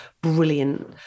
brilliant